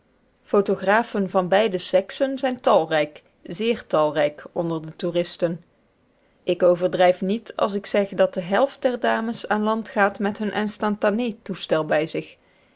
photographen van beide seksen zijn talrijk zeer talrijk onder de toeristen ik overdrijf niet als ik zeg dat de helft der dames aan land gaan met hun instantané toestel bij zich